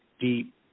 deep